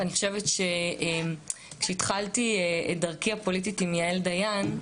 אני חושבת שהתחלתי את דרכי הפוליטית עם יעל דיין,